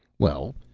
well,